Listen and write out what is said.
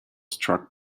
struck